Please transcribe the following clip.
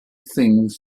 things